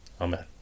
Amen